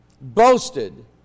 boasted